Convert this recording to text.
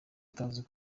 utazi